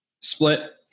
split